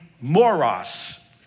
moros